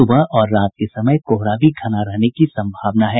सुबह और रात के समय कोहरा भी घना रहने की संभावना है